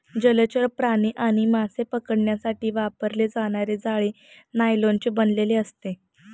जलचर प्राणी आणि मासे पकडण्यासाठी वापरले जाणारे जाळे नायलॉनचे बनलेले असते